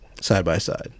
side-by-side